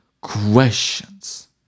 questions